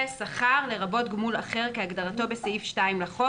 "שכר" לרבות גמול אחר כהגדרתו סעיף 2 לחוק